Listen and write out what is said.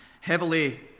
heavily